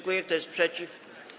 Kto jest przeciw?